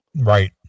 Right